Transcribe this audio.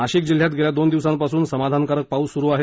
नाशिक जिल्ह्यात गेल्या दोन दिवसांपासून समाधानकारक पाऊस सुरु आहे